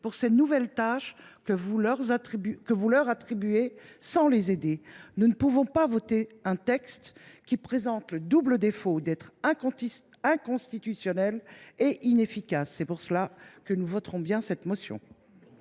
pour les nouvelles tâches que vous leur attribuez sans les aider. Nous ne pouvons donc pas voter un tel texte, qui présente le double défaut d’être inconstitutionnel et d’être inefficace. C’est pourquoi nous voterons en faveur de cette motion.